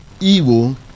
evil